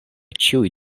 ĉiuj